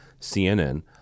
CNN